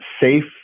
safe